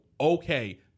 okay